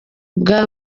bwa